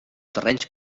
terrenys